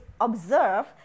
observe